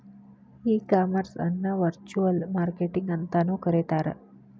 ಈ ಕಾಮರ್ಸ್ ಅನ್ನ virtual marketing ಅಂತನು ಕರೇತಾರ